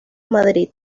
madrid